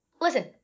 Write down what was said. Listen